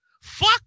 Fuck